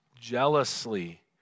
jealously